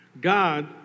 God